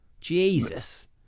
Jesus